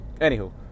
Anywho